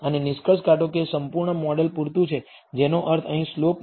અને નિષ્કર્ષ કાઢો કે સંપૂર્ણ મોડેલ પૂરતું છે જેનો અર્થ અહીં સ્લોપ મહત્વપૂર્ણ છે